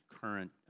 current